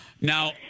Now